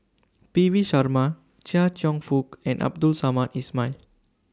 P V Sharma Chia Cheong Fook and Abdul Samad Ismail